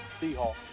Seahawks